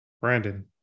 Brandon